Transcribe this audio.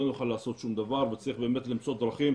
נוכל לעשות שום דבר וצריך באמת למצוא דרכים,